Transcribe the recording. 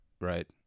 right